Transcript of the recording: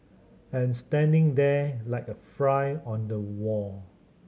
and standing there like a fry on the wall